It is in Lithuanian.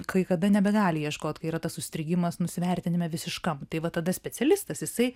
kaikada nebegali ieškot kai yra tas užstrigimas nuvertinime visiškam tai vat tada specialistas jisai